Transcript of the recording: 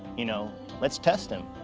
you know let's test him.